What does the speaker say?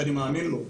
ואני מאמין לו.